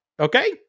Okay